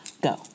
go